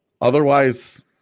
Otherwise